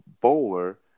bowler